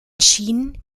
schien